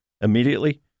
immediately